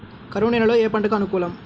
కరువు నేలలో ఏ పంటకు అనుకూలం?